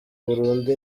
burundu